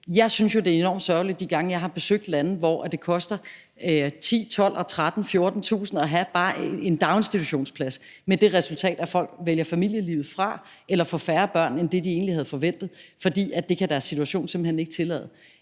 synes jeg jo, det er enormt sørgeligt, at i lande, som jeg har besøgt, koster det 10.000, 12.000, 13.000 og 14.000 bare at have en daginstitutionsplads med det resultat, at folk vælger familielivet fra eller får færre børn end det, de egentlig havde forventet, fordi deres situation simpelt hen ikke tillader